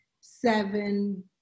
seven